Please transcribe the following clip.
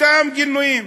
אותם גינויים.